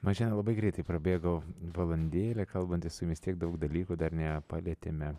mažena labai greitai prabėgo valandėlė kalbantis su jumis tiek daug dalykų dar nepalietėme